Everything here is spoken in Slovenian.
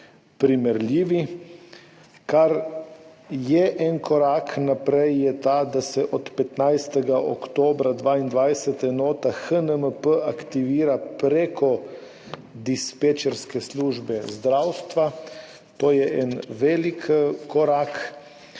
primerljivi. Kar je en korak naprej je to, da se od 15. oktobra 2022 enota HNMP aktivira prek dispečerske službe zdravstva. To je en velik korak.